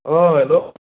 ओह हेलौ